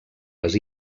les